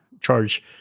charge